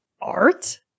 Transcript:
art